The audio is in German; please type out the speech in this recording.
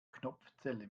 knopfzelle